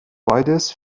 beides